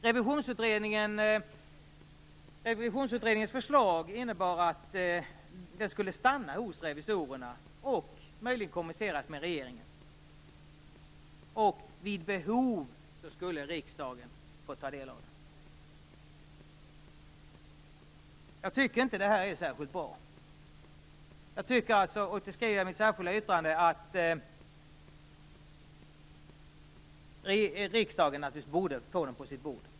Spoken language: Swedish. Revisionsutredningens förslag innebar att rapporten skulle stanna hos revisorerna och möjligen kommuniceras med regeringen. Vid behov skulle riksdagen få ta del av den. Jag tycker inte att det är särskilt bra. Jag tycker, och det skrev jag i mitt särskilda yttrande, att riksdagen naturligtvis borde få den på sitt bord.